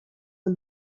del